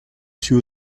suis